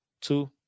two